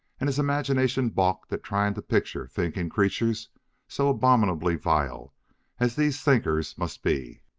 and his imagination balked at trying to picture thinking creatures so abominably vile as these thinkers must be.